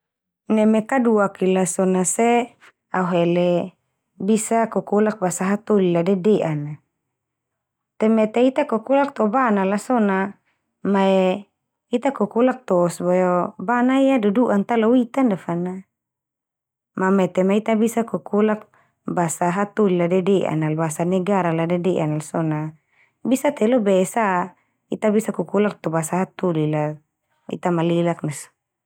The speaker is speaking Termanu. Neme kaduak iala so na se, au hele bisa kokolak basa hatoli la dede'a na. Te mete ita kokolak to bana la so na mae ita kokolak tos boe o, bana ia dudu'an ta lo ita ndia fa na. Ma mete ma, ita bisa kokolak basa hatoli la dede'an nal basa negara la dede'an nal so na, bisa te lo be sa ita bisa kokolak to basa hatoli la, ita malelak ndia so.